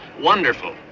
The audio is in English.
wonderful